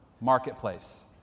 marketplace